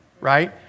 right